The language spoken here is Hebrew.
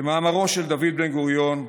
כמאמרו של דוד בן-גוריון: